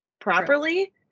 properly